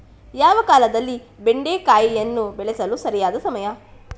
ಯಾವ ಕಾಲದಲ್ಲಿ ಬೆಂಡೆಕಾಯಿಯನ್ನು ಬೆಳೆಸಲು ಸರಿಯಾದ ಸಮಯ?